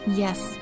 yes